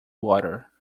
water